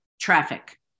traffic